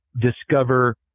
discover